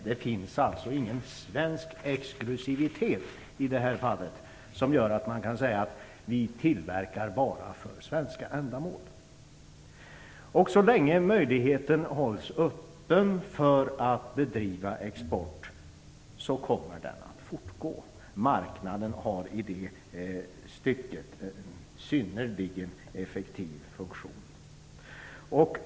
Det finns alltså ingen svensk exklusivitet i det här fallet som gör att man kan säga att vi bara tillverkar för svenska ändamål. Så länge möjligheten hålls öppen för att bedriva export kommer exporten att fortsätta. Marknaden har i det stycket en synnerligen effektiv funktion.